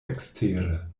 ekstere